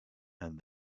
and